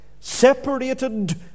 Separated